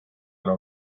ära